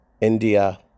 India